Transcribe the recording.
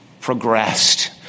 progressed